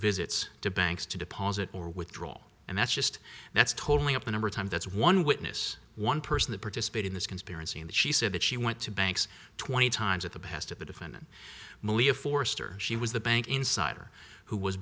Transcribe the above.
visits to banks to deposit or withdrawal and that's just that's totally up a number of times that's one witness one person that participate in this conspiracy and she said that she went to banks twenty times at the behest of the different malea foerster she was the bank insider who was